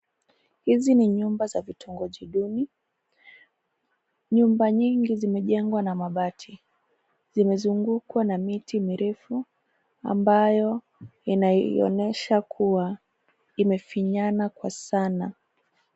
Hizi ni nyumba za vitongoji duni. Nyumba nyingi zimejengwa na mabati. Zimezungukwa na miti mirefu ambayo inaonyesha kuwa imefinyana kwa sana.